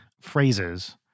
phrases